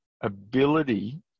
ability